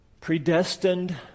Predestined